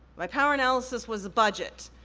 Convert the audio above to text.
my power analysis was a budget,